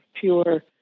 pure